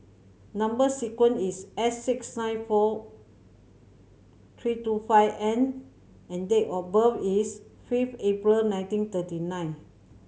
number sequence is S six nine four three two five N and date of birth is fifth April nineteen thirty nine